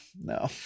no